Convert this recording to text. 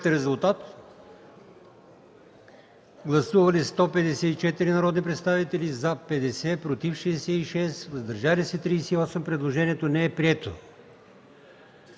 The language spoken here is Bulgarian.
гласуване. Гласували 83 народни представители: за 16, против 50, въздържали се 17. Предложението не е прието.